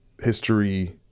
History